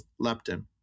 leptin